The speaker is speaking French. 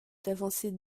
d’avancer